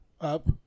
up